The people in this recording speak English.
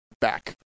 back